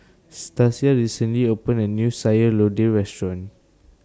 Stasia recently opened A New Sayur Lodeh Restaurant